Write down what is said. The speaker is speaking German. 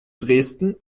dresden